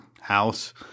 house